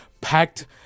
Packed